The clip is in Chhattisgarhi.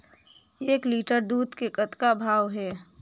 एक लिटर दूध के कतका भाव हे?